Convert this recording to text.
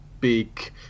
Big